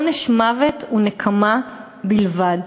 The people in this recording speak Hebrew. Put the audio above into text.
עונש מוות הוא נקמה בלבד.